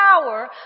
power